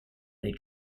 they